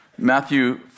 Matthew